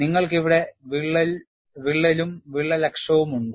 നിങ്ങൾക്ക് ഇവിടെ വിള്ളലും വിള്ളൽ അക്ഷവും ഉണ്ട്